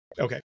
Okay